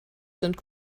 sind